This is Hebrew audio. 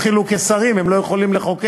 בייחוד אם הם התחילו כשרים הם לא יכולים לחוקק.